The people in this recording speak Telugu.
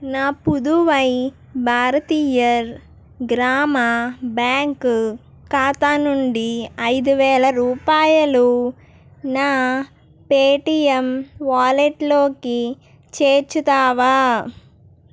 నా పుదువై భారతీయర్ గ్రామ బ్యాంకు ఖాతా నుండి ఐదు వేల రూపాయలు నా పేటిఎమ్ వాలెట్ లోకి చేర్చుతావా